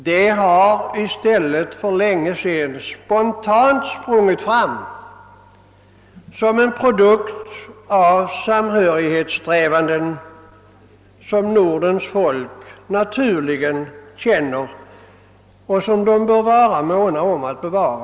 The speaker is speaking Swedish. Det har för länge sedan spontant sprungit fram som en produkt av den samhörighet som Nordens folk naturligen känner och som de också bör vara måna om att bevara.